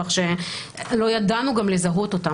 כך שגם לא ידענו לזהות אותם.